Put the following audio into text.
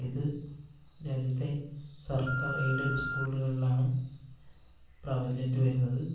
ഇത് രാജ്യത്തെ സർക്കാർ എയ്ഡഡ് സ്കൂളുകളിലാണ് പ്രാബല്യത്തിൽ വരുന്നത്